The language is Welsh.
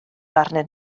arnyn